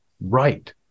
right